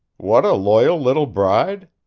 what a loyal little bride?